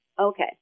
Okay